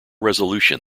resolution